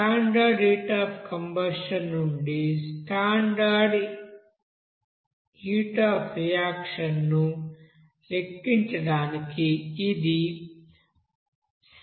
standard heat of combustion నుండి standard heat of reaction ను లెక్కించడానికి ఇది సరళమైన మార్గం